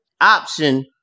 Option